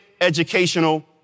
educational